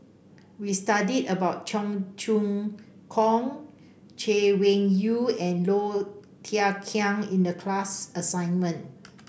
we studied about Cheong Choong Kong Chay Weng Yew and Low Thia Khiang in the class assignment